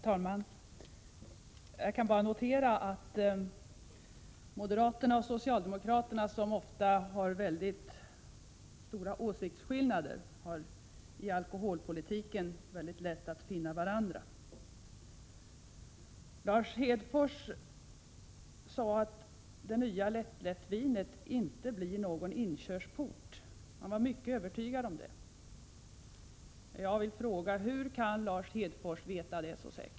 Herr talman! Jag noterar att moderater och socialdemokrater, som ofta har stora skillnader i åsikter, har mycket lätt att finna varandra när det gäller alkoholpolitik. Lars Hedfors sade att det nya lättlättvinet inte kommer att bli en inkörsport. Han var mycket övertygad om detta. Hur kan Lars Hedfors veta det så säkert?